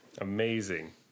amazing